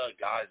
guys